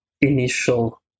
initial